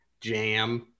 jam